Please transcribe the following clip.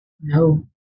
No